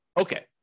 Okay